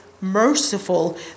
merciful